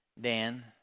Dan